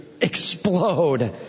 explode